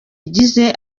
igize